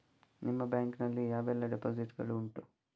ನಿಮ್ಮ ಬ್ಯಾಂಕ್ ನಲ್ಲಿ ಯಾವೆಲ್ಲ ಡೆಪೋಸಿಟ್ ಗಳು ಉಂಟು?